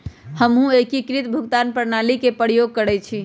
हमहु एकीकृत भुगतान प्रणाली के प्रयोग करइछि